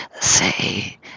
say